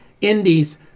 indies